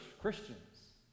Christians